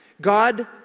God